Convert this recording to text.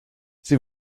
sie